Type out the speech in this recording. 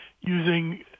using